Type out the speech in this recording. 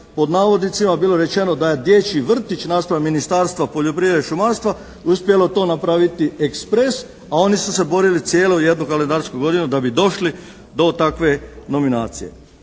pod navodnicima bilo rečeno da je dječji vrtić naspram Ministarstva poljoprivrede i šumarstva uspjelo to napraviti ekspres a oni su se borili cijelu jednu kalendarsku godinu da bi došli do takve nominacije.